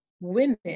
women